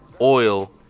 oil